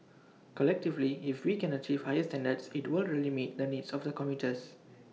collectively if we can achieve higher standards IT will really meet the needs of the commuters